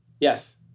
Yes